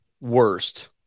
worst